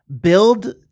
build